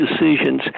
decisions